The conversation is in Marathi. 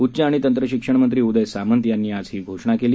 उच्च आणि तंत्र शिक्षण मंत्री उदय सामंत यांनी आज ही घोषणा केली